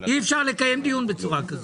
אי אפשר לקיים דיון בצורה כזאת.